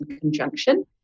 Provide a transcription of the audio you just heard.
conjunction